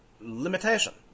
limitation